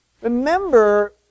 remember